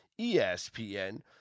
ESPN